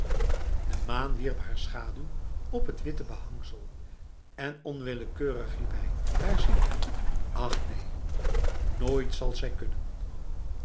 de maan wierp haar schaduw op het witte behangsel en onwillekeurig riep hij haar ziende ach neen nooit zal zij kunnen